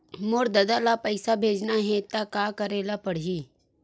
मोर ददा ल पईसा भेजना हे त का करे ल पड़हि?